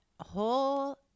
whole